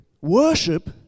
worship